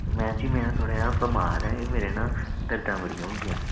madam ji में थोह्ड़ा जेहा बमार ऐ मेरे ना दर्दां बड़ियां होंदियां न